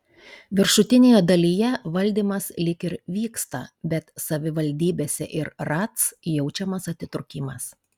viršutinėje dalyje valdymas lyg ir vyksta bet savivaldybėse ir ratc jaučiamas atitrūkimas